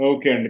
Okay